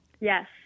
Yes